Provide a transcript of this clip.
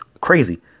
Crazy